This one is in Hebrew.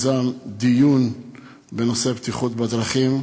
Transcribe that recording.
דיון בנושא הבטיחות בדרכים,